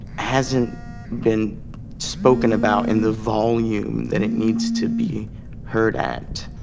hasn't been spoken about in the volume that it needs to be heard at.